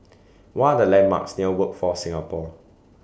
What Are The landmarks near Workforce Singapore